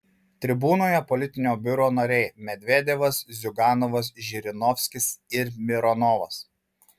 tribūnoje politinio biuro nariai medvedevas ziuganovas žirinovskis ir mironovas